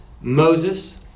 Moses